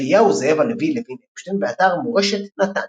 אליהו זאב הלוי לוין אפשטיין באתר "מורשת נתניה"